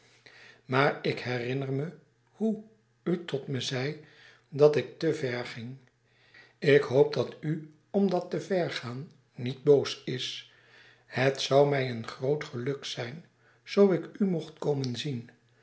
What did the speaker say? maar ik herinner me hoe u tot me zei dat ik te ver ging ik hoop dat u om dat te ver gaan niet boos is het zoû mij een groot geluk zijn zoo ik u mocht komen zien